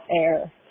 air